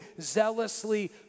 zealously